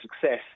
success